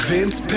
Vince